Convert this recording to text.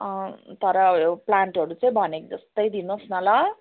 तर यो प्लान्टहरू चाहिँ भनेको जस्तै दिनु होस् न ल